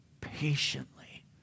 patiently